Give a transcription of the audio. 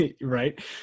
right